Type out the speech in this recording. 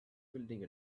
building